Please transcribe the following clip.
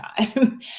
time